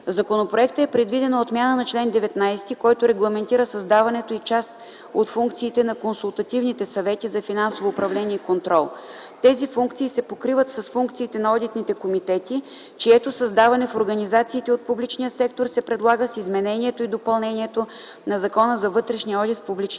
законопроекта е предвидена отмяна на чл. 19, който регламентира създаването и част от функциите на консултативните съвети за финансовото управление и контрол. Тези функции се покриват с функциите на одитните комитети, чието създаване в организациите от публичния сектор се предлага с изменението и допълнението на Закона за вътрешния одит в публичния сектор.